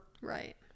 Right